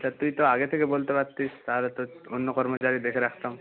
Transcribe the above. তা তুই তো আগে থেকে বলতে পারতিস তাহলে তো অন্য কর্মচারী দেখে রাখতাম